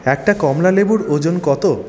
একটা কমলালেবুর ওজন কত